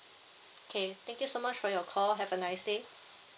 okay thank you so much for your call have a nice day